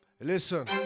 Listen